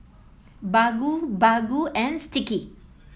Baggu Baggu and Sticky